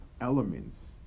elements